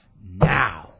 now